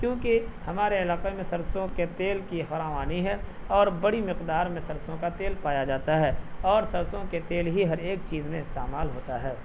کیونکہ ہمارے علاقے میں سرسوں کے تیل کی فراوانی ہے اور بڑی مقدار میں سرسوں کا تیل پایا جاتا ہے اور سرسوں کے تیل ہی ہر ایک چیز میں استعمال ہوتا ہے